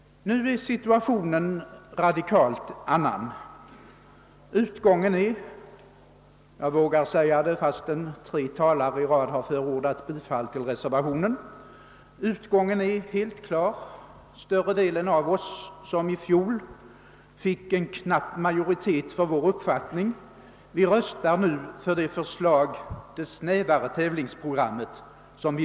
Nu är situationen radikalt annorlunda. Fastän tre talare å rad har förordat bifall till reservationen vågar jag ändå säga att utgången är helt klar. De flesta av oss — vilka i fjol fick en knapp majoritet för vår uppfattning — röstar nu på det förslag som vi då bekämpade, det snävare tävlingsprogrammet.